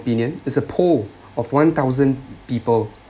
opinion is a poll of one thousand people